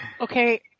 Okay